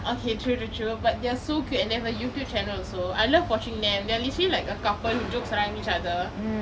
okay true true true but they are so cute and they a Youtube channel also I love watching them they're literally like a couple who jokes around each other